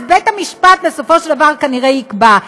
אז בית המשפט בסופו של דבר כנראה יקבע,